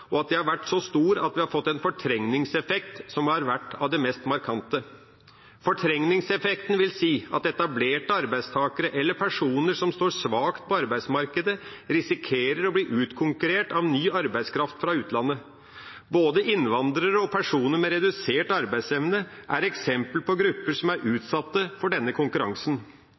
og at den har vært så stor at vi har fått en fortrengningseffekt som har vært av det mest markante. Fortrengningseffekten vil si at etablerte arbeidstakere eller personer som står svakt på arbeidsmarkedet, risikerer å bli utkonkurrert av ny arbeidskraft fra utlandet. Både innvandrere og personer med redusert arbeidsevne er eksempler på arbeidstakergrupper som er utsatt for denne konkurransen.